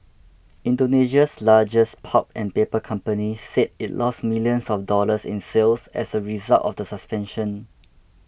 Indonesia's largest pulp and paper company said it lost millions of dollars in sales as a result of the suspension